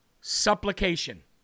Supplication